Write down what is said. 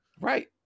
Right